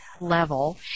level